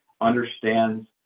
understands